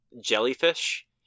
jellyfish